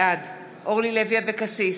בעד אורלי לוי אבקסיס,